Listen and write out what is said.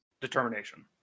determination